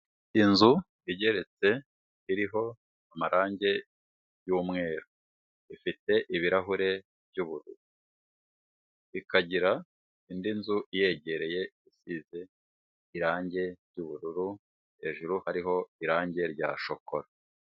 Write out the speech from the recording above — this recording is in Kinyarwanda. Inzu igeretse, iriho amarangi y'umweru, ifite ibirahure by'ubururu, ikagira indi nzu iyegereye isize irangi ry'ubururu, hejuru hariho irangi rya shokora.